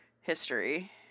history